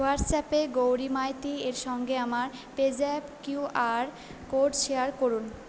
হোয়াটসঅ্যাপে গৌরী মাইতি এর সঙ্গে আমার পেজ্যাপ কিউ আর কোড শেয়ার করুন